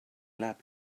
lap